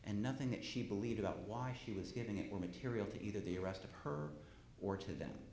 and nothing that she believed about why he was giving it were material to either the rest of her or to them